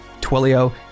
Twilio